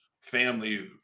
family